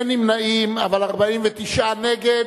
אין נמנעים, אבל 49 נגד.